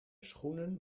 schoenen